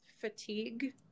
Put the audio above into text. fatigue